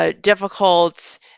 difficult